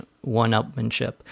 one-upmanship